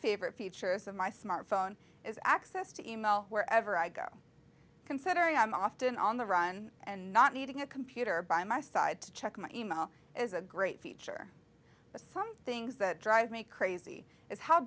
favorite features of my smartphone is access to email wherever i go considering i'm often on the run and not needing a computer by my side to check my email is a great feature but some things that drive me crazy is how